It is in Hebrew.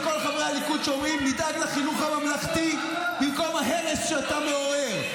של כל חברי הליכוד שאומרים: נדאג לחינוך הממלכתי במקום ההרס שאתה מעורר?